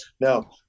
now